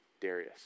Darius